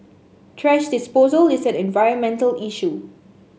thrash disposal is an environmental issue